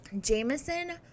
Jameson